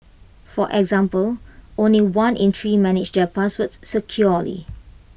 for example only one in three manage their passwords securely